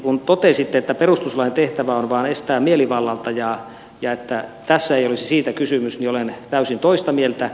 kun totesitte että perustuslain tehtävä on vain estää mielivaltaa ja että tässä ei olisi siitä kysymys niin olen täysin toista mieltä